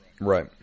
Right